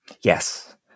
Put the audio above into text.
Yes